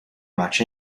much